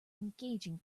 engaging